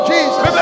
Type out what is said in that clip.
Jesus